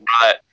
Right